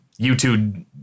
YouTube